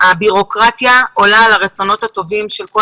הבירוקרטיה עולה על הרצונות הטובים של כל